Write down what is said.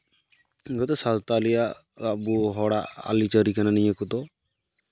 ᱩᱱᱠᱩ ᱫᱚ ᱥᱟᱶᱛᱟᱞᱤᱭᱟᱜ ᱟᱵᱚ ᱦᱚᱲᱟᱜ ᱟᱹᱨᱤᱼᱪᱟᱹᱞᱤ ᱠᱟᱱᱟ ᱱᱤᱭᱟᱹ ᱠᱚᱫᱚ